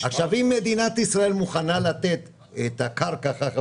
עכשיו אם מדינת ישראל מוכנה לתת את הקרקע ככה